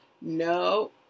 no